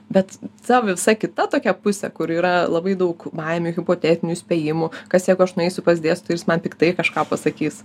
bet ta visa kita tokia pusė kur yra labai daug baimių hipotetinių spėjimų kas jeigu aš nueisiu pas dėstytoją ir jis man piktai kažką pasakys